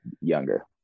younger